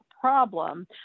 problem